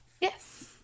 Yes